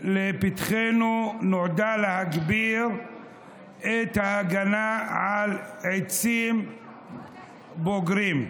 לפתחנו נועדה להגביר את ההגנה על עצים בוגרים.